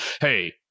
Hey